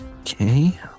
Okay